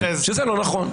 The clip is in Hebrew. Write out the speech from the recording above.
שזה לא נכון.